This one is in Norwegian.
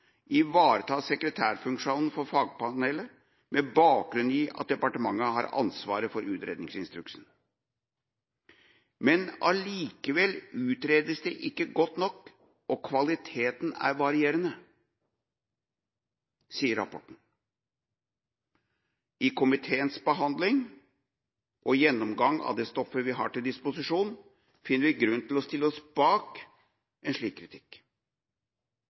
sekretærfunksjonen for fagpanelet med bakgrunn i at departementet har ansvaret for utredningsinstruksen. Men allikevel sier rapporten at det ikke utredes godt nok, og at kvaliteten er varierende. Etter komiteens behandling og gjennomgang av det stoffet vi har hatt til disposisjon, finner vi grunn til å stille oss bak en slik kritikk.